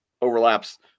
overlaps